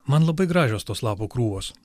man labai gražios tos lapų krūvos